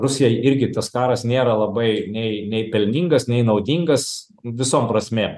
rusijai irgi tas karas nėra labai nei nei pelningas nei naudingas visom prasmėm